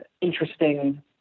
interesting